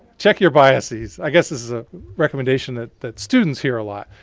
check your biases. i guess this is a recommendation that that students hear a lot.